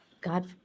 God